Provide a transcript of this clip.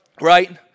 right